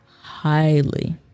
highly